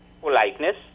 politeness